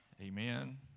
amen